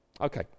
Okay